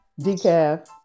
Decaf